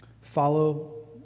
follow